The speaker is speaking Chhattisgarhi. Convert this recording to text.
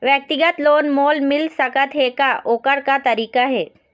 व्यक्तिगत लोन मोल मिल सकत हे का, ओकर का तरीका हे?